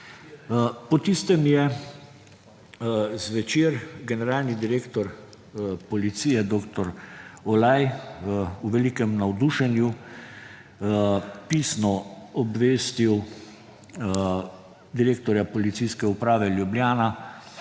Po tistem je zvečer generalni direktor policije dr. Olaj v velikem navdušenju pisno obvestil direktorja Policijske uprave Ljubljana,